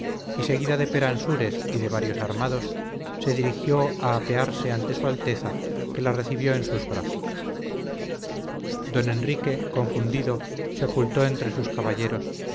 y seguida de peransúrez y de varios armados se dirigió a apearse ante su alteza que la recibió en sus brazos don enrique confundido se ocultó entre sus caballeros